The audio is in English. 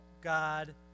God